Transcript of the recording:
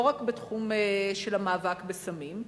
לא רק בתחום של המאבק בסמים,